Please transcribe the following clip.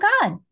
God